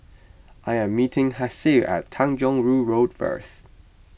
I am meeting Hassie at Tanjong Rhu Road first